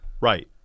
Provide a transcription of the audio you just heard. right